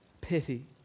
pity